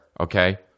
okay